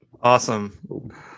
Awesome